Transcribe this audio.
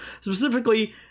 Specifically